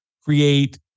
create